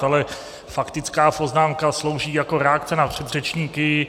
Ale faktická poznámka slouží jako reakce na předřečníky.